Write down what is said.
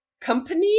company